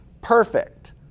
perfect